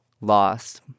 lost